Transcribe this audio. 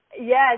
Yes